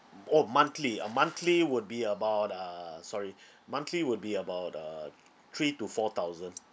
m~ orh monthly uh monthly would be about uh sorry monthly would be about uh three to four thousand